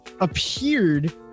appeared